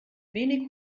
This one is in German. wenig